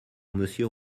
monsieur